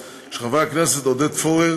של חברי הכנסת עודד פורר,